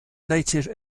native